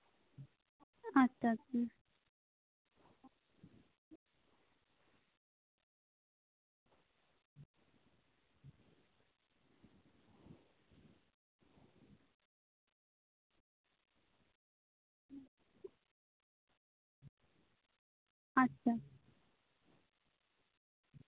ᱟᱪᱪᱷᱟ ᱟᱪᱪᱷᱟ ᱟᱪᱪᱷᱟ ᱟᱪᱪᱷᱟ ᱟᱪᱪᱷᱟ